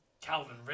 Calvin